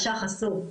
אשך אסור.